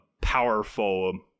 powerful